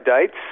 dates